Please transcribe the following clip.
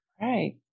Right